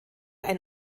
ein